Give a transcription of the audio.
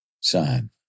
Son